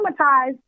traumatized